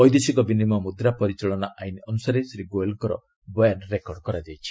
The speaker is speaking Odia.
ବୈଦେଶିକ ବିନିମୟ ମ୍ରଦ୍ରା ପରିଚାଳନା ଆଇନ୍ ଅନୁସାରେ ଶ୍ରୀ ଗୋୟଲଙ୍କ ବୟାନ ରେକର୍ଡ କରାଯାଇଛି